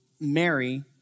Mary